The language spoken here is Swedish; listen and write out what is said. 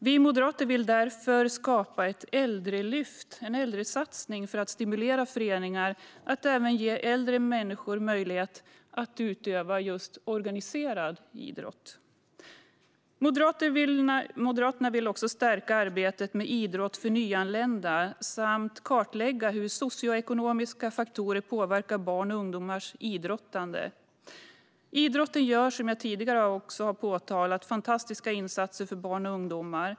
Vi moderater vill därför skapa ett äldrelyft, en äldresatsning, för att stimulera föreningar att ge även äldre människor möjlighet att utöva just organiserad idrott. Moderaterna vill även stärka arbetet med idrott för nyanlända samt kartlägga hur socioekonomiska faktorer påverkar barns och ungdomars idrottande. Idrotten gör, som jag tidigare har påpekat, fantastiska insatser för barn och ungdomar.